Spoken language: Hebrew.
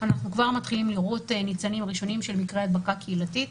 אנחנו כבר מתחילים לראות ניצנים ראשונים של מקרי הדבקה קהילתית.